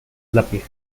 lápiz